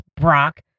Brock